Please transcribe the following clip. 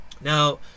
Now